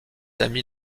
amis